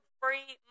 free